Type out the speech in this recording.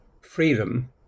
freedom